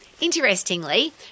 Interestingly